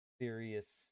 serious